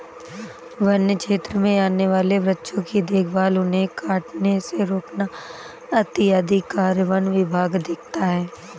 वन्य क्षेत्र में आने वाले वृक्षों की देखभाल उन्हें कटने से रोकना इत्यादि कार्य वन विभाग देखता है